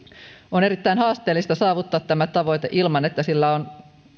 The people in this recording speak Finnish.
on erittäin haasteellista saavuttaa tämä tavoite ilman että sillä